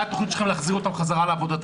מתכוונים להחזיר את האחיות האלה לעבודתן?